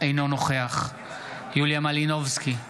אינו נוכח יוליה מלינובסקי,